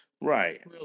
Right